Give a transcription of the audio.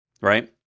right